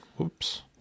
Oops